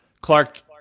Clark